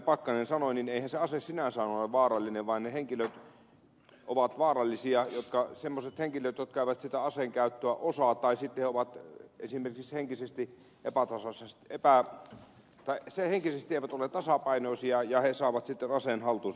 pakkanen sanoi eihän se ase sinänsä ole vaarallinen vaan ne henkilöt ovat vaarallisia semmoiset henkilöt jotka eivät sitä aseenkäyttöä osaa tai sitten he esimerkiksi eivät ole henkisesti tasapainoisia ja he saavat sitten aseen haltuunsa